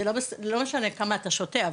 זה לא משנה כמה אתה שותה,